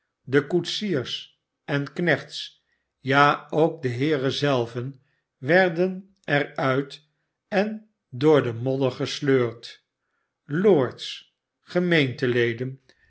de koetsiers en knechts ja ook de heeren zelven werden er uit en door den modder gesleurd lords gemeenteleden